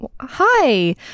Hi